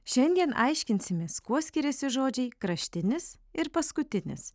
šiandien aiškinsimės kuo skiriasi žodžiai kraštinis ir paskutinis